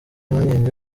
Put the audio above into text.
impungenge